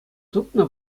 тупнӑ